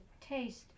taste